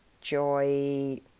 joy